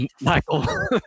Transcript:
Michael